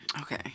Okay